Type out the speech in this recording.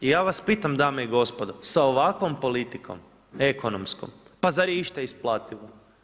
I ja vas pitam dame i gospodo, sa ovakvom politikom, ekonomskom, pa zar je išta isplativo?